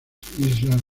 islas